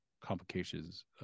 complications